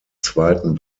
zweiten